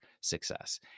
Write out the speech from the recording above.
success